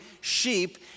sheep